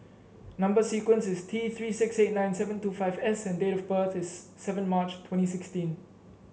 number sequence is T Three six eight nine seven two five S and date of birth is seven March twenty sixteen